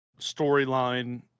storyline